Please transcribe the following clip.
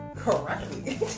correctly